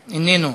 איננו.